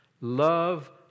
Love